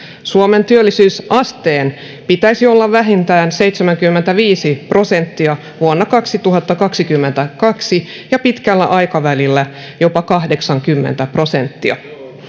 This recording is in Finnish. suomen työllisyysasteen pitäisi olla vähintään seitsemänkymmentäviisi prosenttia vuonna kaksituhattakaksikymmentäkaksi ja pitkällä aikavälillä jopa kahdeksankymmentä prosenttia